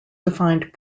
defined